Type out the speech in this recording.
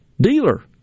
dealer